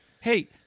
Hey